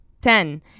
Ten